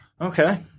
okay